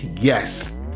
Yes